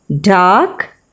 dark